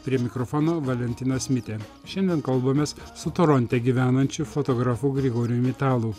prie mikrofono valentinas mitė šiandien kalbamės su toronte gyvenančiu fotografu grigorijum italu